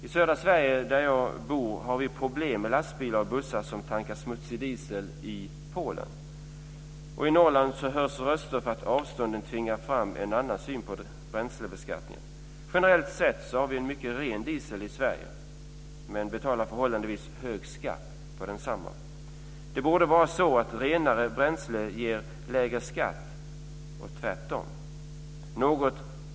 I södra Sverige, där jag bor, har vi problem med lastbilar och bussar som tankar smutsig diesel i Polen. I Norrland höjs röster för att avstånden tvingar fram en annan syn på bränslebeskattningen. Generellt sett har vi en mycket ren diesel i Sverige, men vi betalar förhållandevis hög skatt på densamma. Det borde vara så att renare bränsle ger lägre skatt och tvärtom.